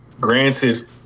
Granted